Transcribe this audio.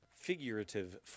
figurative